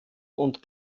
und